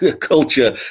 culture